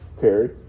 Terry